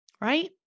right